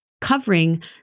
covering